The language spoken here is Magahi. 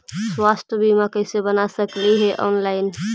स्वास्थ्य बीमा कैसे बना सकली हे ऑनलाइन?